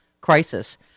crisis